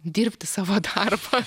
dirbti savo darbą